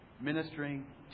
ministering